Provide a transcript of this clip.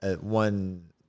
one